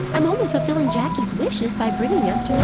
i'm only fulfilling jacki's wishes by bringing us